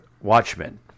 Watchmen